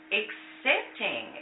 accepting